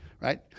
right